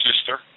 sister